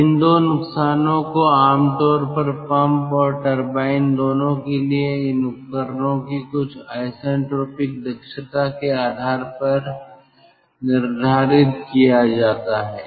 अब इन 2 नुकसानों को आम तौर पर पंप और टरबाइन दोनों के लिए इन उपकरणों की कुछ आइसेंट्रोपिक दक्षता के आधार पर निर्धारित किया जाता है